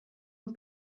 and